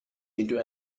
into